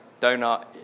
donut